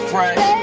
Fresh